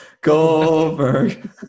Goldberg